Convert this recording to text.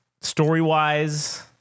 Story-wise